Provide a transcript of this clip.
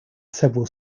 several